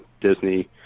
Disney